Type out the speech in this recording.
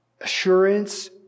assurance